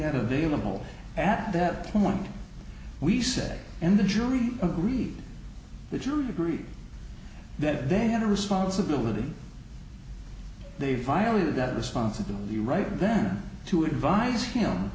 had available at that point we said and the jury agreed that you agree that they had a responsibility they violated that responsibility right then to advise him